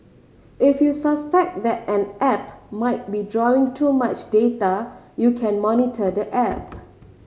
if you suspect that an app might be drawing too much data you can monitor the app